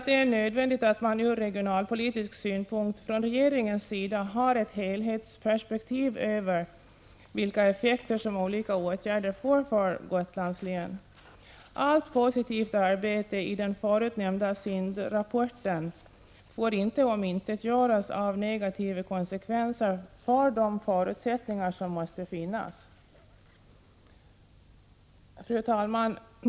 Det är nödvändigt att regeringen ur regionalpolitisk synpunkt har ett helhetsperspektiv över vilka effekter olika åtgärder får för Gotlands län. Allt positivt arbete i den nämnda SIND-rapporten får inte omintetgöras av negativa konsekvenser för de förutsättningar som måste finnas. Fru talman!